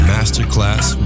Masterclass